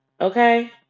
Okay